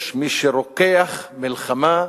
יש מי שרוקח מלחמה,